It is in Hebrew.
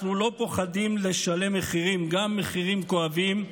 אנחנו לא פוחדים לשלם מחירים, גם מחירים כואבים,